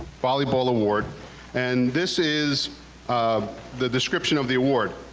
volleyball award and this is um the description of the award.